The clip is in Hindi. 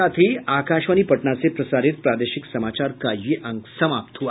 इसके साथ ही आकाशवाणी पटना से प्रसारित प्रादेशिक समाचार का ये अंक समाप्त हुआ